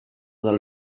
del